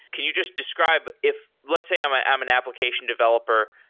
can you just describe if let's say i'm ah um an application developer,